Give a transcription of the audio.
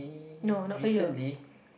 no not for you